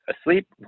asleep